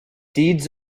deeds